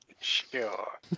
Sure